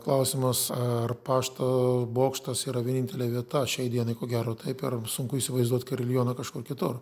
klausimas ar pašto bokštas yra vienintelė vieta šiai dienai ko gero taip sunku įsivaizduot karilioną kažkur kitur